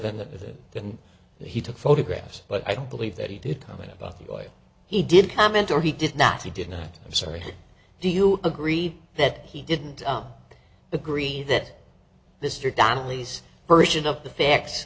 than that then he took photographs but i don't believe that he did come in about the way he did comment or he did not he did not i'm sorry do you agree that he didn't agree that this your donnelly's version of the fact